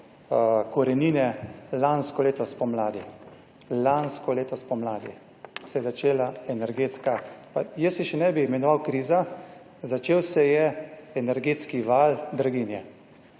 korenine lansko leto spomladi. Lansko leto spomladi se je začela energetska, pa jaz se še ne bi imenoval kriza, začel se je energetski val draginje.